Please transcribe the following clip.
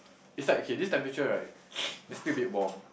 it's like okay this temperature right is still a bit warm